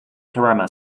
grammar